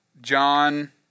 John